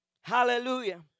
Hallelujah